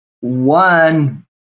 one